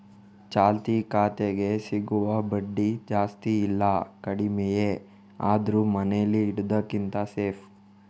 ಚಾಲ್ತಿ ಖಾತೆಗೆ ಸಿಗುವ ಬಡ್ಡಿ ಜಾಸ್ತಿ ಇಲ್ಲ ಕಡಿಮೆಯೇ ಆದ್ರೂ ಮನೇಲಿ ಇಡುದಕ್ಕಿಂತ ಸೇಫ್